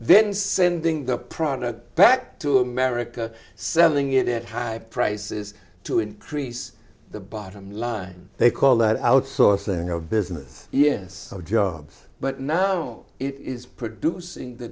then sending the product back to america selling it at high prices to increase the bottom line they call that outsourcing of business yes or jobs but now on it is producing the